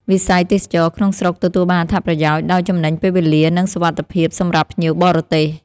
វិស័យទេសចរណ៍ក្នុងស្រុកទទួលបានអត្ថប្រយោជន៍ ដោយចំណេញពេលវេលា និងសុវត្ថិភាពសម្រាប់ភ្ញៀវបរទេស។